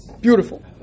Beautiful